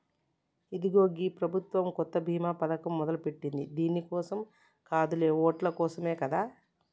ఇదిగో గీ ప్రభుత్వం కొత్త బీమా పథకం మొదలెట్టింది దీని కోసం కాదులే ఓట్ల కోసమే కదా